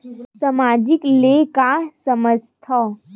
सामाजिक ले का समझ थाव?